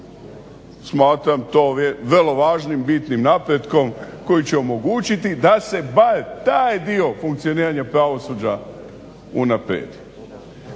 smatram to vrlo važnim, bitnim napretkom koji će omogućiti da se bar taj dio funkcioniranja pravosuđa unaprijedi.